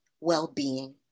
well-being